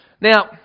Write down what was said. Now